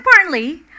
importantly